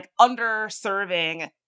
underserving